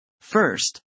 First